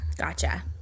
gotcha